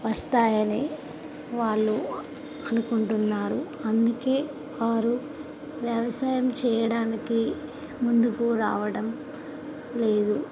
వస్తాయి అని వాళ్ళు అనుకుంటున్నారు అందుకని వారు వ్యవసాయం చేయడానికి ముందుకు రావడం లేదు